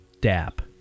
DAP